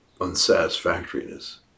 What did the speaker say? unsatisfactoriness